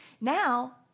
Now